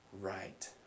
right